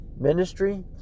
Ministry